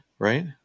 Right